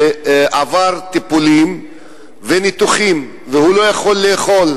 שעבר טיפולים וניתוחים והוא לא יכול לאכול.